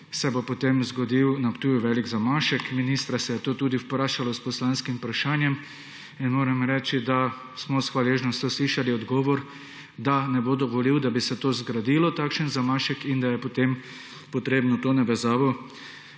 se bo, potem zgodil na Ptuju velik zamašek. Ministra se je to tudi vprašalo s poslanskim vprašanjem in moram reči, da smo z hvaležnostjo slišali odgovor, da ne bo dovolil, da bi se to zgradilo takšen zamašek in da je, potem potrebno to navezavo